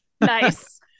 nice